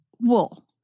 Wool